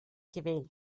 gewählt